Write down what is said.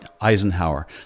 Eisenhower